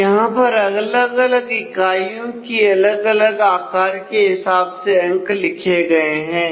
तो यहां पर अलग अलग इकाइयों की अलग अलग आकार के हिसाब से अंक लिखे गए हैं